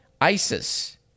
ISIS